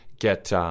get